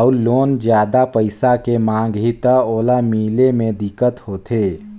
अउ लोन जादा पइसा के मांग ही त ओला मिले मे दिक्कत होथे